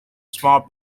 small